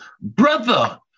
Brother